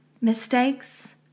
Mistakes